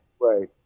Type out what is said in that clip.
Right